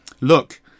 Look